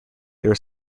there